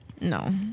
No